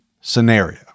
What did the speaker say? scenario